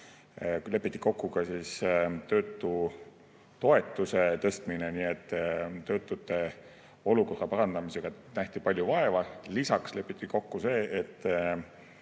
lepiti kokku ka töötutoetuse tõstmine. Nii et töötute olukorra parandamisega nähti palju vaeva. Lisaks lepiti kokku see, et